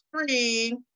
three